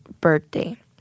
birthday